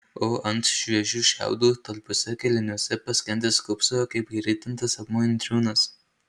o ant šviežių šiaudų talpiuose kailiniuose paskendęs kūpsojo kaip įritintas akmuo indriūnas